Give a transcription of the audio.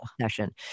session